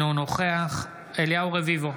אינו נוכח אליהו רביבו,